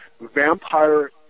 vampire